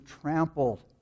trampled